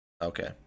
Okay